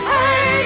Hey